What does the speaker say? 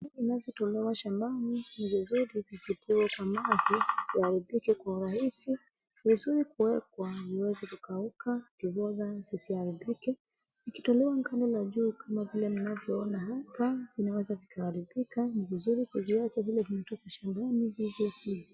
inazotolewa shambani ni vizuri visitiwe kwa maji ziharibike kwa urahisi. Ni vizuri kuwekwa iweze kukauka ndivyo ziharibike. Ikitolewa gali la juu kama vile ninavyoona hapa inaweza vikaharibika. Ni vizuri kuziacha vile zimetoka shambani hivyo hivyo.